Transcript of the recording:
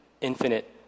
infinite